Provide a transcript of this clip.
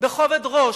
בכובד ראש,